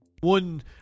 One